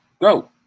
go